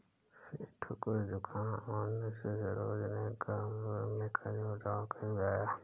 सेठू को जुखाम होने से सरोज ने गर्म दूध में खजूर डालकर पिलाया